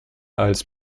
als